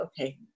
okay